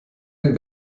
den